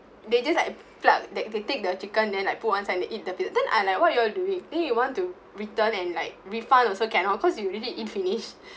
they just like plug they they take the chicken then put one side then they eat the pizza then I'm like what you are all doing then you want to return and like refund also cannot because you already eat finish